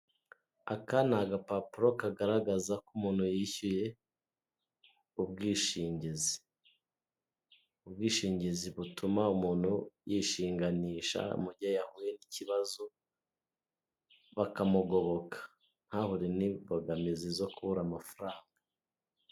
Aka ni agapapuro kagaragaza ko umuntu yishyuye ubwishingizi, ubwishingizi butuma umuntu yishinganisha mubyo yahuye n'ikibazo bakamugoboka ntahure n'imbogamizi zo kuba amafaranga.